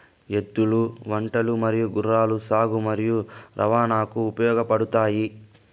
ఎద్దులు, ఒంటెలు మరియు గుర్రాలు సాగు మరియు రవాణాకు ఉపయోగపడుతాయి